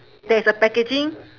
there is a packaging